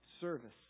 service